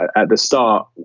at at the store,